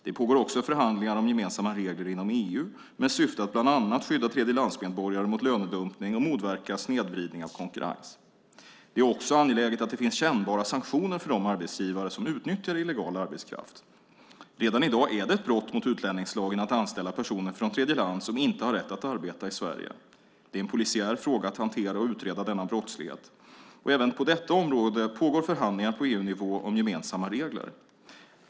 Det pågår också förhandlingar om gemensamma regler inom EU med syfte att bland annat skydda tredjelandsmedborgare mot lönedumpning och motverka snedvridning av konkurrens. Det är också angeläget att det finns kännbara sanktioner för de arbetsgivare som utnyttjar illegal arbetskraft. Redan i dag är det ett brott mot utlänningslagen att anställa personer från tredjeland som inte har rätt att arbeta i Sverige. Det är en polisiär fråga att hantera och utreda denna brottslighet. Även på detta område pågår förhandlingar på EU-nivå om gemensamma regler.